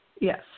Yes